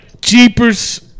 Jeepers